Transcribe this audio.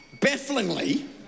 bafflingly